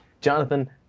Jonathan